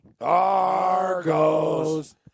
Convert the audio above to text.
Argos